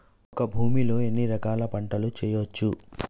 ఒక భూమి లో ఎన్ని రకాల పంటలు వేయచ్చు?